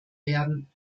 werden